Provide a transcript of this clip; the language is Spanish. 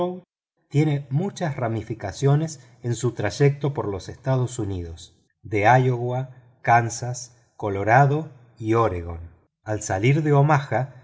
tiene muchas ramificaciones en su trayecto por los estados de iowa kansas colorado y oregón al salir de omaha